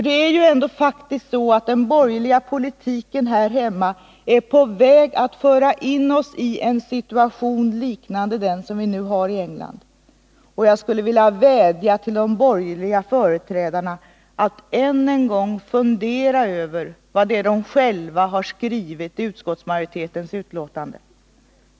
Det är ju faktiskt så att den borgerliga politiken här hemma är på väg att föra oss in i en situation liknande den som man har i England. Jag skulle vilja vädja till de borgerliga företrädarna att än en gång fundera över vad det är de själva har skrivit i utskottsmajoritetens betänkande.